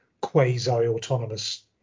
quasi-autonomous